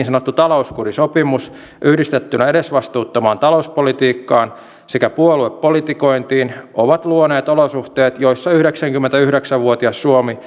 sanottu talouskurisopimus yhdistettynä edesvastuuttomaan talouspolitiikkaan sekä puoluepolitikointiin ovat luoneet olosuhteet joissa yhdeksänkymmentäyhdeksän vuotias suomi